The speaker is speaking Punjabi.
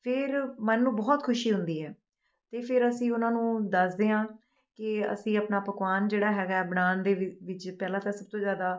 ਫਿਰ ਮਨ ਨੂੰ ਬਹੁਤ ਖੁਸ਼ੀ ਹੁੰਦੀ ਹੈ ਅਤੇ ਫਿਰ ਅਸੀਂ ਉਹਨਾਂ ਨੂੰ ਦੱਸਦੇ ਹਾਂ ਕਿ ਅਸੀਂ ਆਪਣਾ ਪਕਵਾਨ ਜਿਹੜਾ ਹੈਗਾ ਹੈ ਬਣਾਉਣ ਦੇ ਵਿ ਵਿੱਚ ਪਹਿਲਾਂ ਤਾਂ ਸਭ ਤੋਂ ਜ਼ਿਆਦਾ